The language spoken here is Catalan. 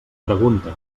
pregunta